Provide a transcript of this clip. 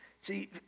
See